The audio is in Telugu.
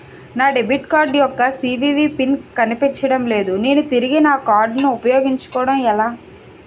నా డెబిట్ కార్డ్ యెక్క సీ.వి.వి పిన్ సరిగా కనిపించడం లేదు నేను తిరిగి నా కార్డ్ఉ పయోగించుకోవడం ఎలా?